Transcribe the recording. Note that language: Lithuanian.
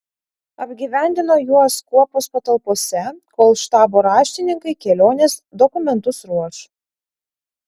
apgyvendino juos kuopos patalpose kol štabo raštininkai kelionės dokumentus ruoš